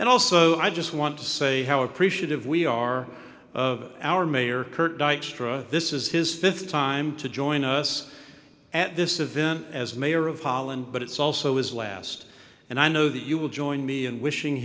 and also i just want to say how appreciative we are of our mayor curt dykstra this is his fifth time to join us at this event as mayor of holland but it's also his last and i know that you will join me in wishing